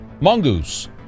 Mongoose